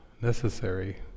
necessary